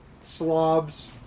slobs